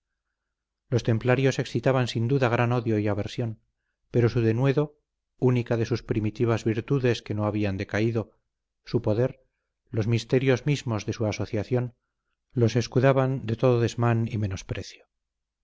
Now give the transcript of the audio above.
los templarios excitaban sin duda gran odio y adversión pero su denuedo única de sus primitivas virtudes de que no habían decaído su poder los misterios mismos de su asociación los escudaban de todo desmán y